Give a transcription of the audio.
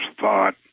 thought